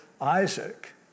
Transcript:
Isaac